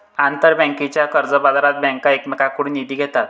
आंतरबँकेच्या कर्जबाजारात बँका एकमेकांकडून निधी घेतात